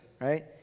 right